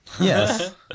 yes